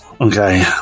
Okay